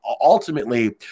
ultimately